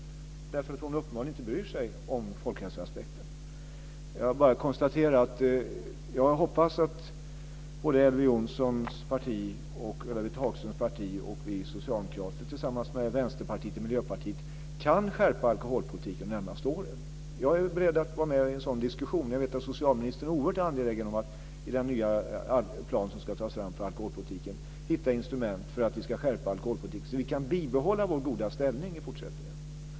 Hon bryr sig uppenbarligen inte om folkhälsoaspekten. Jag hoppas att Elver Jonssons parti, Ulla-Britt Hagströms parti och vi socialdemokrater tillsammans med Vänsterpartiet och Miljöpartiet kan skärpa alkoholpolitiken under de närmaste åren. Jag är beredd att vara med i en sådan diskussion. Jag vet att socialministern är oerhört angelägen om att i den nya plan som ska tas fram för alkoholpolitiken hitta instrument så att vi kan skärpa alkoholpolitiken, så att vi kan bibehålla vår goda ställning i fortsättningen.